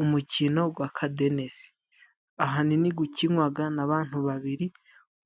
Umukino w'akadenesi ahanini ukinwa n'abantu babiri,